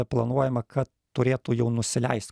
planuojama kad turėtų jau nusileist